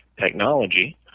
technology